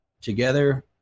Together